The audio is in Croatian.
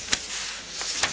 Hvala.